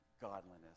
godliness